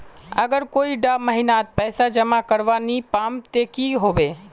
अगर कोई डा महीनात पैसा जमा करवा नी पाम ते की होबे?